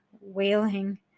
wailing